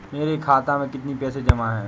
मेरे खाता में कितनी पैसे जमा हैं?